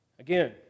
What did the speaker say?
Again